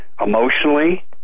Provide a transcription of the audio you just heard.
emotionally